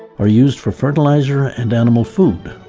are used for fertilizer and animal food.